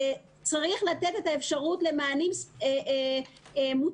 צריך לתת אפשרות למענים מותאמים,